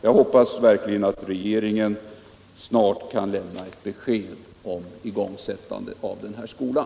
Jag hoppas verkligen att regeringen snart kan lämna ett besked om igångsättande av den här skolan.